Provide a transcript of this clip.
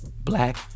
black